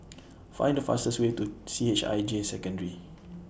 Find The fastest Way to C H I J Secondary